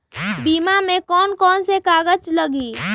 बीमा में कौन कौन से कागज लगी?